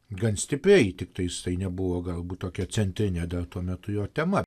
gan stipriai tiktaistai nebuvo galbūt tokia centrinė dar tuo metu jo tema